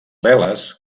veles